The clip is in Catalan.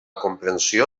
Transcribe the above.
comprensió